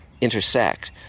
intersect